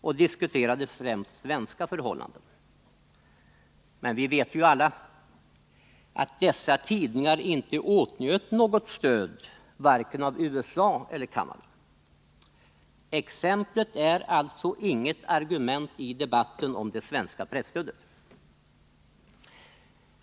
och diskuterade främst svenska förhållanden. Men vi vet ju alla att dessa tidningar inte åtnjöt något stöd av vare sig USA eller Canada. Exemplet är alltså inget argument i debatten om det svenska presstödet.